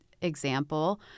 example